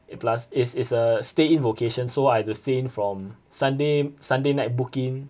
plus it's it's a stay in vocation so I have to stay in from sunday sunday night book in